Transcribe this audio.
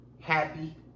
happy